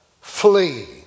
flee